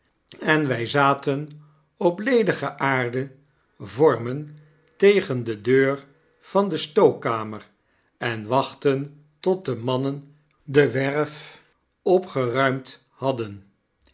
en wij zaten op de ledige aarden vormen tegen de deur van de stookkamer en wachtten tot de mannen de werf opgeruimd hadden